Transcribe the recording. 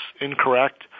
incorrect